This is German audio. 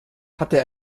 hatte